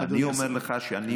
אני אומר לך שאני